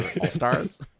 all-stars